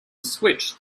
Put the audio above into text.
switched